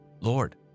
Lord